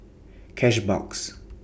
Cashbox